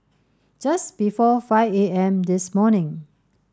just before five A M this morning